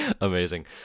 amazing